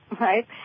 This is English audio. right